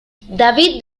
david